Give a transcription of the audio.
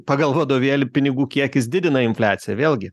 pagal vadovėlį pinigų kiekis didina infliaciją vėlgi